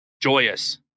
joyous